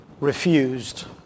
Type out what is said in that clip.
refused